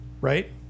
right